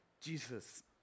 Jesus